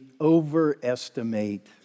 overestimate